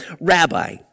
Rabbi